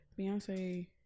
Beyonce